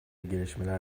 gelişmeler